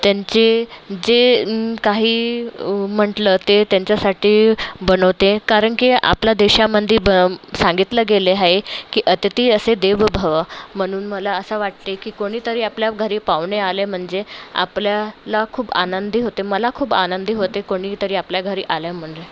त्यांचे जे काही म्हटलं ते त्यांच्यासाठी बनवते कारण की आपला देशामध्ये बम् सांगितलं गेले आहे की अतिथी असे देव भव म्हणून मला असं वाटते की कोणीतरी आपल्या घरी पावणे आले म्हणजे आपल्याला खूप आनंदी होते मला खूप आनंदी होते कोणीतरी आपल्या घरी आल्या म्हणजे